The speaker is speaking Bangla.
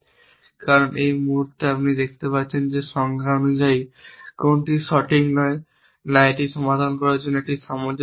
কারণ এই মুহুর্তে আপনি দেখতে পাচ্ছেন যে সংজ্ঞা অনুসারে কোনটি সঠিক নয় না একটি সমাধান সবার জন্য একটি সামঞ্জস্যপূর্ণ নিয়োগ